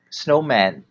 snowman